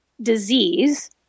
disease